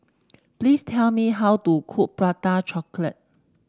please tell me how to cook Prata Chocolate